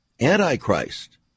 Antichrist